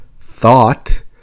thought